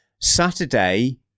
Saturday